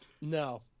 No